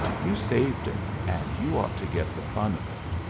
you saved it, and you ought to get the fun of it.